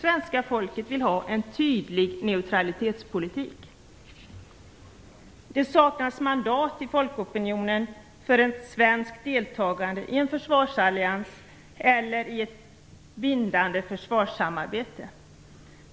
Svenska folket vill ha en tydlig neutralitetspolitik. Det saknas mandat i folkopinionen för ett svenskt deltagande i en försvarsallians eller i ett bindande försvarssamarbete.